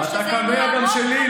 את הקמע גם שלי,